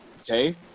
Okay